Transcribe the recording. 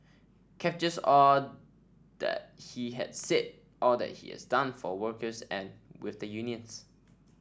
captures all that he had said all that he has done for workers and with the unions